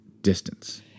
distance